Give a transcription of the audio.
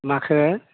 माखो